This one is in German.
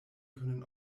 können